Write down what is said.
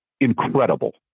incredible